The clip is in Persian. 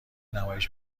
نمایش